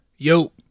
Yo